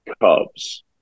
Cubs